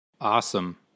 Awesome